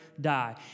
die